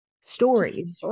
stories